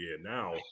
now